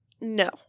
No